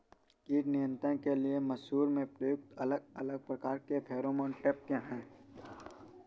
कीट नियंत्रण के लिए मसूर में प्रयुक्त अलग अलग प्रकार के फेरोमोन ट्रैप क्या है?